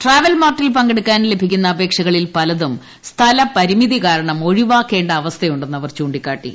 travel മാർട്ടിൽ പങ്കെടുക്കാൻ ലഭിക്കുന്ന അപേക്ഷകളിൽ പലതും സ്ഥലപരിമിതി കാരണം ഒഴിവാക്കേണ്ട അവസ്ഥയുണ്ടെന്ന് അവർ ചൂണ്ടിക്കാട്ടി